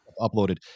uploaded